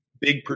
big